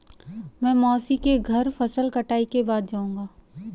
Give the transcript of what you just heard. मैं मौसी के घर फसल कटाई के बाद जाऊंगा